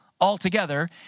altogether